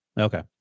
Okay